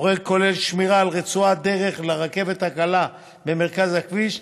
הפרויקט כולל שמירה על רצועת דרך לרכבת הקלה במרכז הכביש,